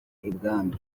ibwami